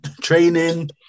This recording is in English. training